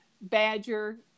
badger